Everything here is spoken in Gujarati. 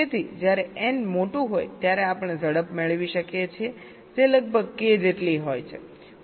તેથી જ્યારે n મોટું હોય ત્યારે આપણે ઝડપ મેળવી શકીએ છીએ જે લગભગ k જેટલી હોય છે